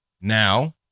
Now